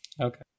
Okay